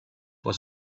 for